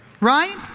right